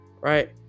right